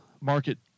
market